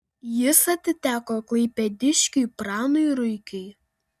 jis atiteko klaipėdiškiui pranui ruikiui